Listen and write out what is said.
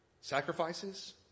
sacrifices